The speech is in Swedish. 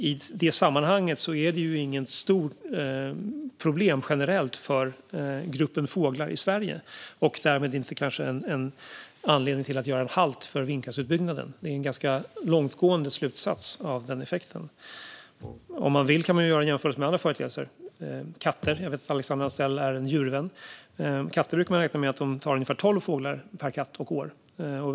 I det sammanhanget är det inget stort problem generellt för gruppen fåglar i Sverige och därmed kanske inte en anledning att göra halt för vindkraftsutbyggnaden. Det är en ganska långtgående slutsats av den effekten. Om man vill kan man göra jämförelser med andra företeelser. Jag vet att Alexandra Anstrell är djurvän. Man brukar räkna med att katter tar ungefär tolv fåglar per katt och år.